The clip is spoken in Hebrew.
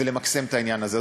ולמקסם את העניין הזה.